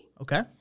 Okay